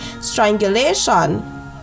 strangulation